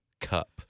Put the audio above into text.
Cup